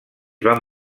van